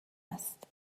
هست